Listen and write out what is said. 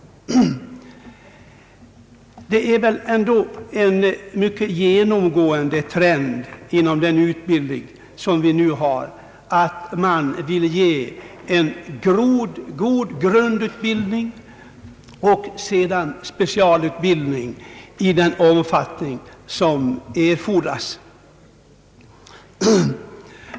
Det är väl ändå en genomgående trend inom dagens utbildning att man vill ge en god grundutbildning och sedan specialutbildning i den omfattning som erfordras.